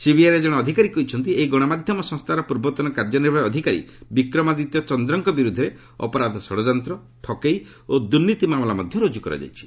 ସିବିଆଇର ଜଣେ ଅଧିକାରୀ କହିଛନ୍ତି ଏହି ଗଣମାଧ୍ୟମ ସଂସ୍ଥାର ପୂର୍ବତନ କାର୍ଯ୍ୟନିର୍ବାହୀ ଅଧିକାରୀ ବିକ୍ରମାଦିତ୍ୟ ଚନ୍ଦ୍ରଙ୍କ ବିରୋଧରେ ଅପରାଧ ଷଡ଼ଯନ୍ତ୍ର ଠକେଇ ଓ ଦୁର୍ନୀତି ମାମଲା ରୁଜୁ କରାଯାଇଛି